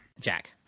Jack